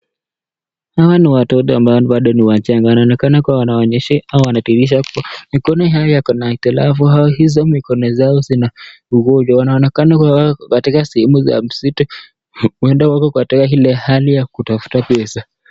Hawa ni watoto ambao bado ni wachanga. Wanaonekana uwa wanaonyesha ama wanatayarisha. Mikono yao yana hitilafu au hizo mikono yao ina uhujo. Wanaonekana kuwa katika sehemu ya msitu huenda wako katika ile hali ya kutafuta pesa.